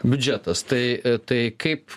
biudžetas tai tai kaip